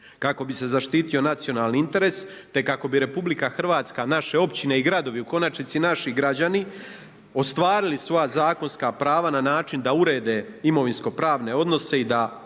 kako bi se zaštitio nacionalni interes, te kako bi Republika Hrvatska, naše općine i gradovi, u konačnici naši građani ostvarili svoja zakonska prava na način da urede imovinsko-pravne odnose i da uprihode